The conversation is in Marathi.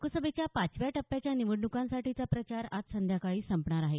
लोकसभेच्या पाचव्या टप्प्याच्या निवडणुकांसाठीचा प्रचार आज संध्याकाळी संपणार आहे